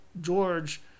George